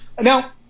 Now